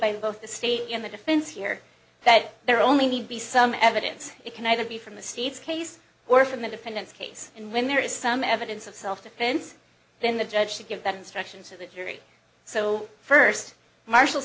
both the state in the defense here that there are only need be some evidence it can either be from the state's case or from the defendant's case and when there is some evidence of self defense then the judge should give that instructions to the jury so first marshals